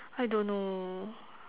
I don't know